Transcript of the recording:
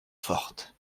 fortes